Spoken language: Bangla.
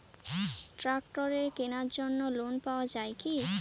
ট্রাক্টরের কেনার জন্য লোন পাওয়া যায় কি?